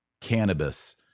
cannabis